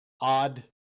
odd